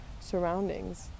surroundings